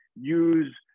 use